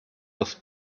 los